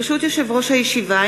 ברשות יושב-ראש הישיבה,